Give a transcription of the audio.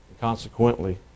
consequently